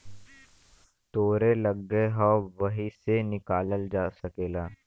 तोहरे लग्गे हौ वही से निकालल जा सकेला